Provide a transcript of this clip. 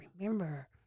remember